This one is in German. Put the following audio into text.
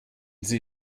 sie